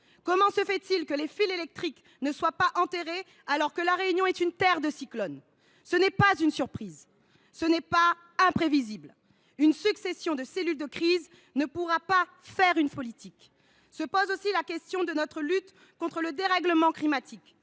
Comment se fait il que les fils électriques ne soient pas enterrés, alors que La Réunion est une terre de cyclones ? Ce n’est pas une surprise, ce n’est pas imprévisible ! Une succession de cellules de crise ne pourra pas faire une politique. Se pose aussi la question de notre lutte contre le dérèglement climatique.